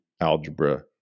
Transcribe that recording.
algebra